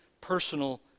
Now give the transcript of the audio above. personal